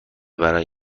برای